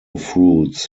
fruits